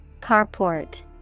Carport